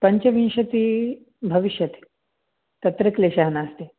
पञ्चविंशति भविष्यति तत्र क्लेशः नास्ति